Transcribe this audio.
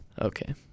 Okay